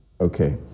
Okay